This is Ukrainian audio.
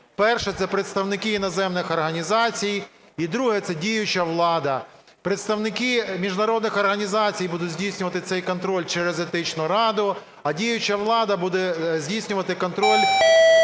Перша – це представники іноземних організацій. І друга – це діюча влада. Представники міжнародних організацій будуть здійснювати цей контроль через Етичну раду, а діюча влада буде здійснювати контроль